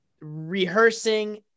rehearsing